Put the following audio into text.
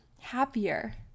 happier